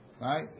right